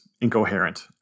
incoherent